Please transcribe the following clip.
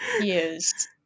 Yes